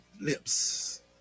lips